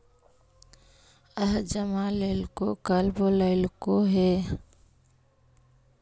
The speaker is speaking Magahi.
आज जमा लेलको कल बोलैलको हे?